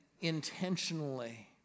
intentionally